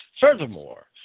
Furthermore